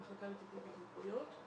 המחלקה לטיפול בהתמכרויות.